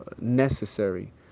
necessary